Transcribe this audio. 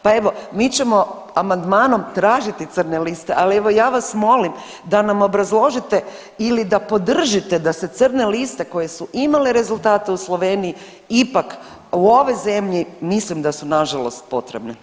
Pa evo, mi ćemo amandmanom tražiti crne liste, ali evo ja vas molim da nam obrazložite ili da podržite da se crne liste koje su imale rezultate u Sloveniji ipak u ovoj zemlji mislim da su nažalost potrebne.